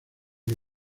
que